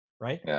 Right